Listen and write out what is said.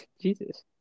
Jesus